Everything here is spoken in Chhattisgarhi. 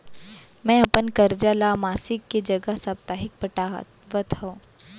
मै अपन कर्जा ला मासिक के जगह साप्ताहिक पटावत हव